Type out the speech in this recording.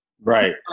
Right